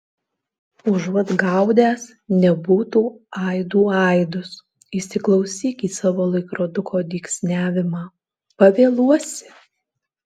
užuot gaudęs nebūtų aidų aidus įsiklausyk į savo laikroduko dygsniavimą pavėluosi